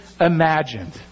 imagined